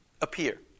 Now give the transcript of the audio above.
appear